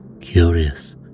Curious